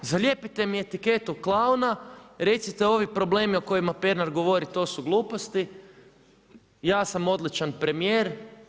Zalijepite mi etiketu klauna, recite ovi problemi o kojima Pernar govori to su gluposti, ja sam odličan premijer.